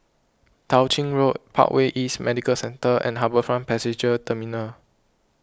Tao Ching Road Parkway East Medical Centre and HarbourFront Passenger Terminal